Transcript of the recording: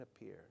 appear